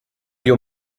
your